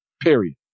period